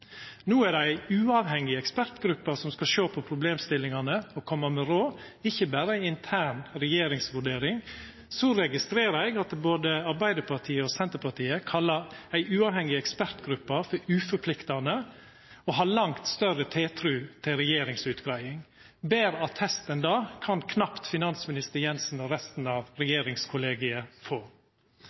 No er det ei uavhengig ekspertgruppe som skal sjå på problemstillingane og koma med råd – det skal ikkje berre vera ei intern regjeringsvurdering. Så registrerer eg at både Arbeidarpartiet og Senterpartiet kallar ei uavhengig ekspertgruppe «uforpliktande» og har langt større tiltru til ei regjeringsutgreiing. Betre attest enn det kan knapt finansminister Jensen og resten av regjeringskollegiet få.